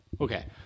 Okay